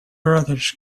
brothers